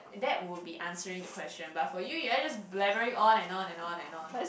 that would be answering the question but for you ya just blabbering on and on and on